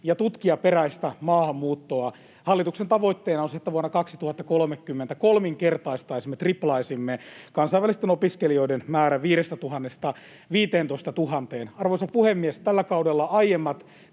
ja tutkijaperäistä maahanmuuttoa. Hallituksen tavoitteena on se, että vuonna 2030 kolminkertaistaisimme, triplaisimme, kansainvälisten opiskelijoiden määrän 5 000:sta 15 000:een. Arvoisa puhemies! Tällä kaudella aiemmat